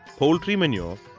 poultry manure,